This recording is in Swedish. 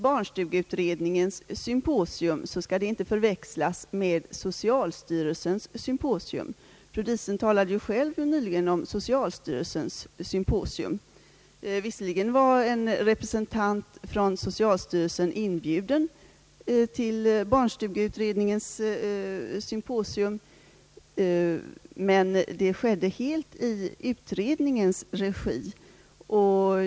Barnstugeutredningens «symposium skall inte förväxlas med socialstyrelsens. Fru Diesen talade nyss om socialstyrelsens symposium. Visserligen var en representant för socialstyrelsen inbjuden till barnstugeutredningens symposium, men detta anordnades helt i utredningens regi.